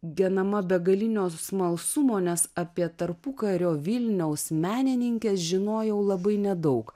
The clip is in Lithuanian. genama begalinio smalsumo nes apie tarpukario vilniaus menininkę žinojau labai nedaug